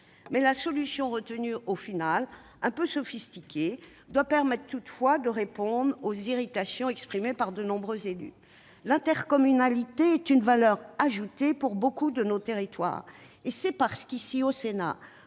la solution retenue, un peu sophistiquée, doit permettre de répondre aux irritations exprimées par de nombreux élus. L'intercommunalité est une valeur ajoutée pour beaucoup de nos territoires. C'est parce qu'ici, au Sénat,